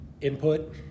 input